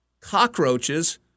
cockroaches